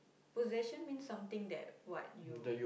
possession means something that what you